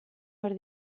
behar